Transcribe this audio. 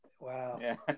Wow